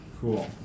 cool